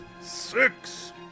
six